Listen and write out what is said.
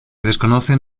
desconocen